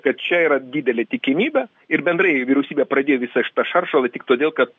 kad čia yra didelė tikimybė ir bendrai vyriausybė pradėjo visą šitą šaršalą tik todėl kad